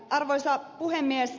arvoisa puhemies